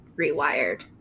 rewired